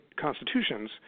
constitutions